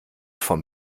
vom